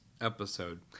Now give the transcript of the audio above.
episode